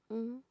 mmhmm